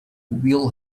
will